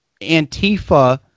Antifa